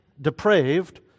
depraved